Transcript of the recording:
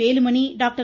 Velumani doctor